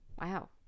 Wow